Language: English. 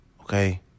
Okay